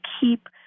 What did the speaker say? keep